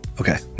Okay